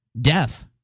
death